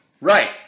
Right